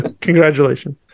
Congratulations